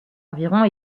environ